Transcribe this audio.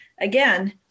again